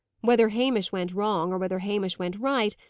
whether hamish went wrong, or whether hamish went right,